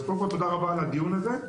אז קודם כל תודה רבה על הדיון הזה,